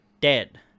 dead